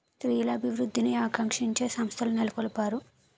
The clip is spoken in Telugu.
స్త్రీల అభివృద్ధిని ఆకాంక్షించే సంస్థలు నెలకొల్పారు